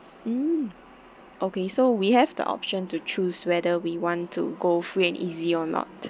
mm okay so we have the option to choose whether we want to go free and easy or not